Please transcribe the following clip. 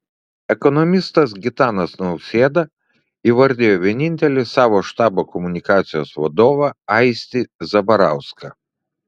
ekonomistas gitanas nausėda įvardijo vienintelį savo štabo komunikacijos vadovą aistį zabarauską